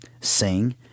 sing